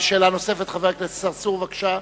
שאלה נוספת, חבר הכנסת צרצור, בבקשה.